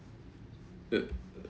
it